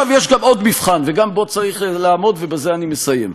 יש עוד מבחן, וגם בו צריך לעמוד, ובזה אני מסיים.